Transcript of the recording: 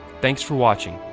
thanks for watching,